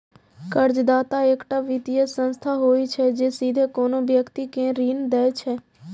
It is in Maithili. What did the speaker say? कर्जदाता एकटा वित्तीय संस्था होइ छै, जे सीधे कोनो व्यक्ति कें ऋण दै छै